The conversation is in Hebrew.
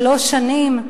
שלוש שנים?